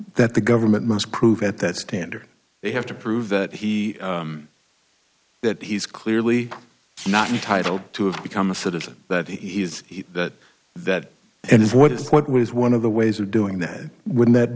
that the government must prove at that standard they have to prove that he that he's clearly not entitle to have become a citizen that he is that that and if what is what was one of the ways of doing that would that